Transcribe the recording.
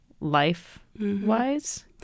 life-wise